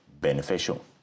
beneficial